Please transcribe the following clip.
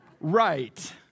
Right